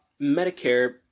Medicare